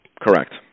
Correct